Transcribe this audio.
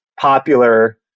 popular